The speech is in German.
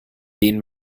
den